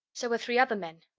so are three other men.